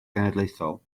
genedlaethol